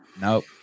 Nope